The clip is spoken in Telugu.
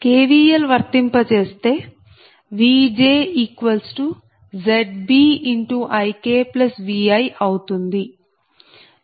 KVL వర్తింపజేస్తే Vj ZbIkVi అవుతుంది